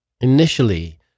Initially